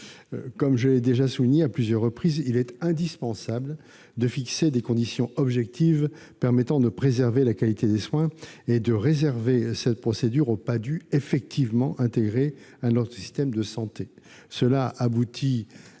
Comme je l'ai déjà souligné à plusieurs reprises, il est indispensable de fixer des conditions objectives permettant de préserver la qualité des soins et de réserver la procédure aux Padhue effectivement intégrés dans notre système de santé. Cela aboutit